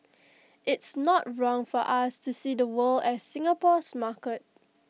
it's not wrong for us to see the world as Singapore's market